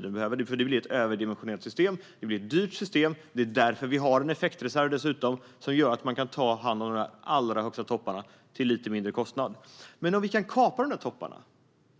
Det blir ett överdimensionerat system, och det blir ett dyrt system. Det är dessutom därför vi har en effektreserv som gör att man kan ta hand om de allra högsta topparna till lite mindre kostnad. Men om vi kan kapa de topparna